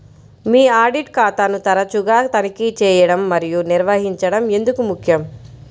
మీ audit ఖాతాను తరచుగా తనిఖీ చేయడం మరియు నిర్వహించడం ఎందుకు ముఖ్యం?